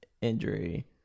injury